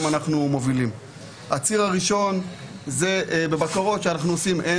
אנחנו מובילים: הציר הראשון זה בבקרות שאנחנו עושים,